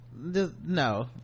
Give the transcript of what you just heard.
no